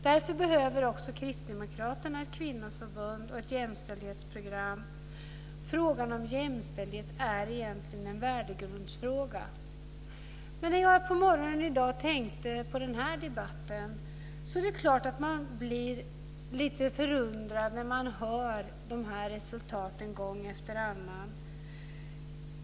Därför behöver också Kristdemokraterna ett kvinnoförbund och ett jämställdhetsprogram. Frågan om jämställdhet är egentligen en värdegrundsfråga. På morgonen i dag tänkte jag på den här debatten. Det är klart att man blir lite förundrad när man hör de här resultaten gång efter annan.